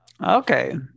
Okay